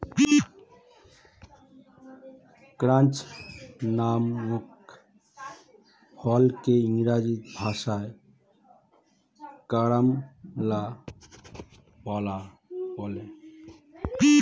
ক্রাঞ্চ নামক ফলকে ইংরেজি ভাষায় কারাম্বলা বলে